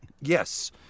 Yes